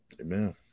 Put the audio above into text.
Amen